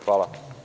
Hvala.